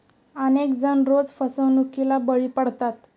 अनेक जण रोज फसवणुकीला बळी पडतात